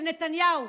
של נתניהו,